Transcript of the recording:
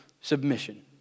submission